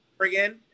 again